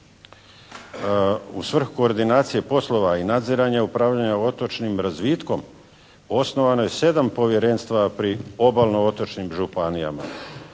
u svrhu koordinacije poslova i nadziranja upravljanja otočnim razvitkom osnovano je 7 povjerenstava pri obalno, otočnim županijama.